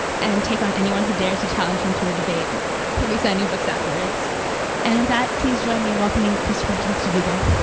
and take on anyone who dares to challenge him to a debate. he'll be signing books afterwards. and, with that, please join me in welcoming christopher hitchens to google.